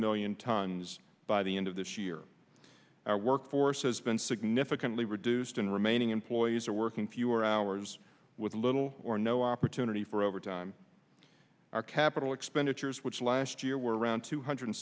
million tons by the end of this year our workforce has been significantly reduced and remaining employees are working fewer hours with little or no opportunity for overtime our capital expenditures which last year were around two hundred